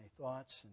thoughts